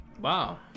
Wow